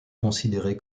considéré